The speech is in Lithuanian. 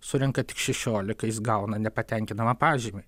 surenka tik šešiolika jis gauna nepatenkinamą pažymį